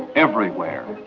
everywhere.